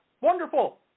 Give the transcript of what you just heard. wonderful